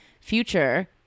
Future